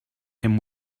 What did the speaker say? him